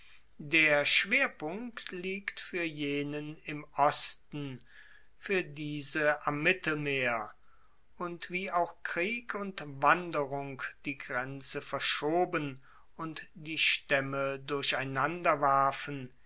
der schwerpunkt liegt fuer jenen im osten fuer diese am mittelmeer und wie auch krieg und wanderung die grenze verschoben und die staemme